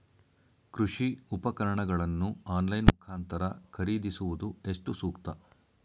ಕೃಷಿ ಉಪಕರಣಗಳನ್ನು ಆನ್ಲೈನ್ ಮುಖಾಂತರ ಖರೀದಿಸುವುದು ಎಷ್ಟು ಸೂಕ್ತ?